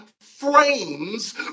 frames